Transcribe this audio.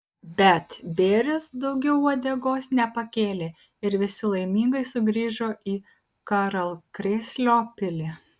bet bėris daugiau uodegos nepakėlė ir visi laimingai sugrįžo į karalkrėslio pilį